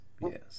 yes